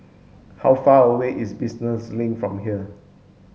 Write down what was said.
how far away is Business Link from here